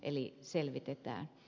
eli selvitetään